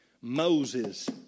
Moses